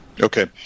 Okay